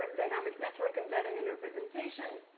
dynamic network embedding in their presentation.